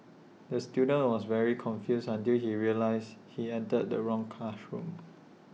the student was very confused until he realised he entered the wrong classroom